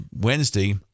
Wednesday